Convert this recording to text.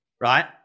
right